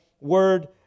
word